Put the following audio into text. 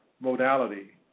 modality